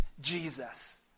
Jesus